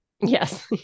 Yes